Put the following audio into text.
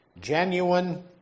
genuine